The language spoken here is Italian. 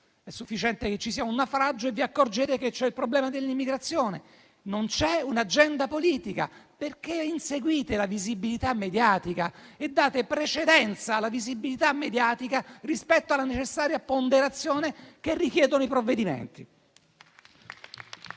È sufficiente che ci sia un naufragio e vi accorgete che c'è il problema dell'immigrazione. Non c'è un'agenda politica, perché inseguite la visibilità mediatica e date precedenza alla visibilità mediatica rispetto alla necessaria ponderazione che richiedono i provvedimenti.